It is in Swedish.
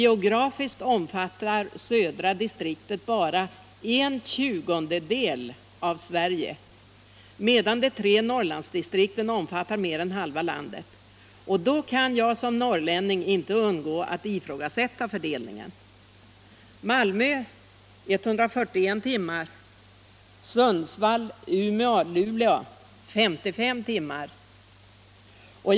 Geografiskt omfattar emellertid södra distriktet bara 1/20 av Sverige, medan de tre Norrlandsdistrikten omfattar mer än halva landet. Då kan jag som norrlänning inte undgå att ifrågasätta fördelningen av produktionen med 141 timmar till Malmö och 55 timmar till Sundsvall, Umeå och Luleå.